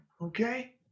Okay